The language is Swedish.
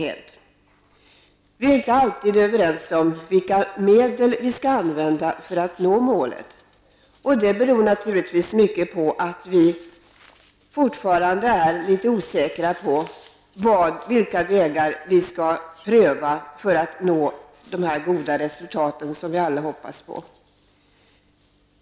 Vi är inte alltid helt överens om medlen för att nå målet, och det beror naturligtvis mycket på att vi fortfarande är litet osäkra på vilka vägar vi skall pröva för att nå de goda resultat vi alla hoppas på.